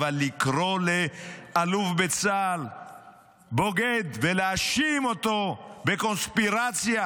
אבל לקרוא לאלוף בצה"ל בוגד ולהאשים אותו בקונספירציה?